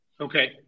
okay